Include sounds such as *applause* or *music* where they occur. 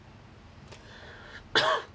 *coughs*